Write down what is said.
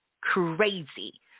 Crazy